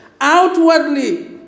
Outwardly